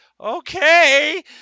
okay